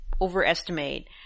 overestimate